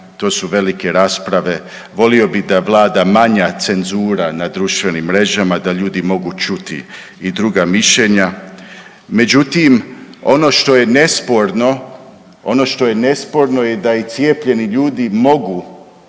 to su velike rasprave, volio bi da vlada manja cenzura na društvenim mrežama da ljudi mogu čuti i druga mišljenja. Međutim, ono što je nesporno, ono što je nesporno je da i cijepljeni ljudi mogu